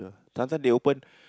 sometime they open